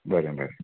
बरें बरें